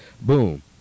boom